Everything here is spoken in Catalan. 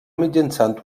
mitjançant